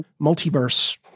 multiverse